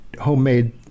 homemade